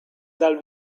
dal